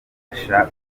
kuyifasha